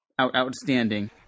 outstanding